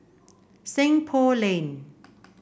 Seng Poh Lane